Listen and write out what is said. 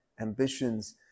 ambitions